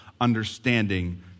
understanding